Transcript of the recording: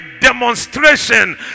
demonstration